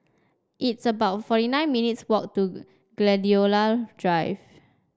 it's about forty nine minutes' walk to Gladiola Drive